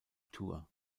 tour